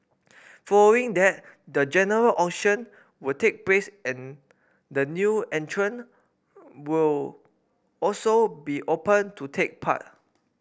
following that the general auction will take place and the new entrant will also be open to take part